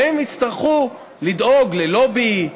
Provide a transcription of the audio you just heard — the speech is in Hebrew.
והם יצטרכו לדאוג ללובי,